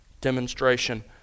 demonstration